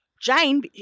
Jane